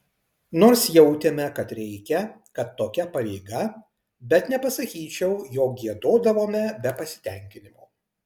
nors jautėme kad reikia kad tokia pareiga bet nepasakyčiau jog giedodavome be pasitenkinimo